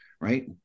right